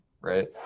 right